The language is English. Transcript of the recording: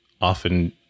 often